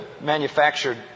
manufactured